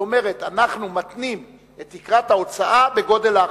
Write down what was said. היא אומרת: אנחנו מתנים את תקרת ההוצאה בגודל ההכנסה.